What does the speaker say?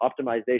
optimization